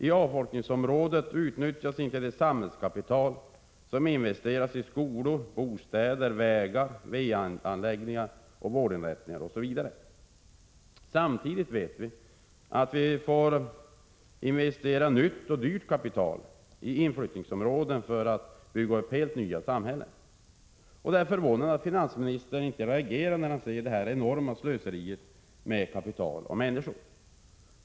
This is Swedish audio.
I avfolkningsområden utnyttjas inte det samhällskapital som investerats i skolor, bostäder, vägar, va-anläggningar, vårdinrättningar osv. Samtidigt vet vi att vi får investera nytt och dyrt kapital i inflyttningsområden för att bygga upp helt nya samhällen. Det är därför förvånande att finansministern inte reagerar när han ser detta enorma slöseri med människor och kapital.